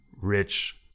rich